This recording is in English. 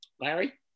Larry